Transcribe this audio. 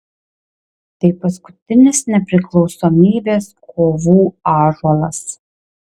tai paskutinis nepriklausomybės kovų ąžuolas